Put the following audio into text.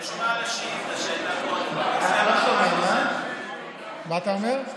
לתשובה על השאילתה, מה אתה אומר?